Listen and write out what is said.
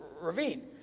ravine